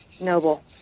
noble